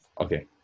Okay